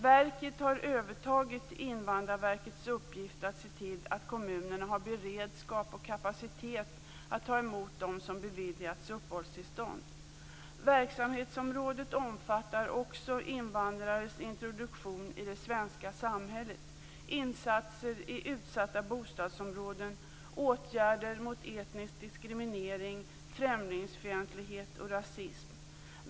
Verket har övertagit Invandrarverkets uppgift att se till att kommunerna har beredskap och kapacitet att ta emot dem som beviljats uppehållstillstånd. Verksamhetsområdet omfattar också invandrares introduktion i det svenska samhället, insatser i utsatta bostadsområden, åtgärder mot etnisk diskriminering, främlingsfientlighet och rasism.